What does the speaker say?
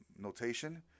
notation